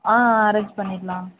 ஆ arrange பண்ணிக்கலாம்